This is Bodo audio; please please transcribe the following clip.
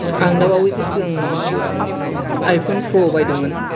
आं दाबावैसो सिगां आयफन प्र' बायदोंमोन